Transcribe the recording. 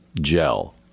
gel